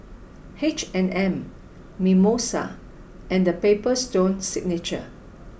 H and M Mimosa and The Paper Stone Signature